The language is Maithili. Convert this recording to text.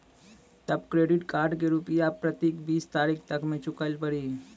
तब क्रेडिट कार्ड के रूपिया प्रतीक बीस तारीख तक मे चुकल पड़ी?